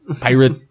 pirate